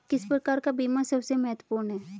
किस प्रकार का बीमा सबसे महत्वपूर्ण है?